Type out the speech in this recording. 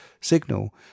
signal